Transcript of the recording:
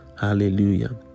Hallelujah